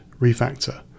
refactor